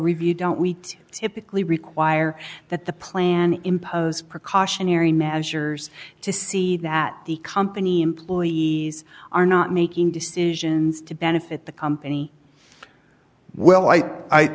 review don't we typically require that the plan impose precautionary measures to see that the company employees are not making decisions to benefit the company well